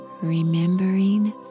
Remembering